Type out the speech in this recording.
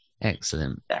excellent